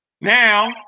Now